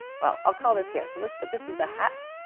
well, i'll call this here. so let's put this is a hat.